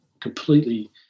completely